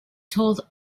told